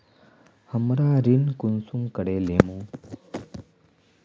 हमरा ऋण कुंसम करे लेमु?